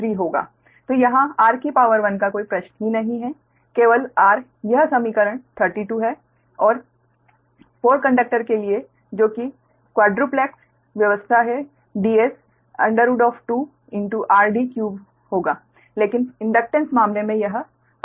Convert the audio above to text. तो यहाँ r का कोई प्रश्न ही नहीं है केवल r यह समीकरण 32 है और चार कंडक्टर के लिए जो कि क्वाड्रुप्लेक्स व्यवस्था है Ds 2rd3 होगा लेकिन इंडक्टेन्स के मामले में यह r था